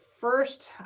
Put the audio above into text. first